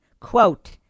quote